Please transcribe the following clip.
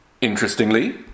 Interestingly